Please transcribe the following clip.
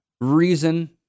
reason